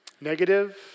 Negative